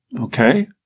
Okay